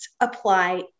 apply